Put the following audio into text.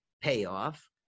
payoff